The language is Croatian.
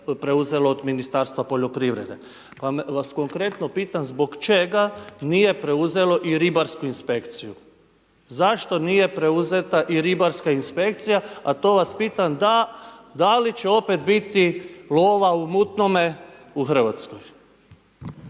preuzelo od Ministarstva poljoprivrede. Pa vas konkretno pitam zbog čega nije preuzelo i ribarsku inspekciju, zašto nije preuzeta i ribarska inspekcija, a to vas pitam da, da li će opet biti lova u mutnome u RH.